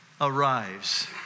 arrives